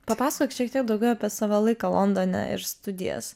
papasakok šiek tiek daugiau apie savo laiką londone ir studijas